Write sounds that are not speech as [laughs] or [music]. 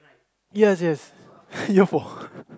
yes yes [laughs] earphone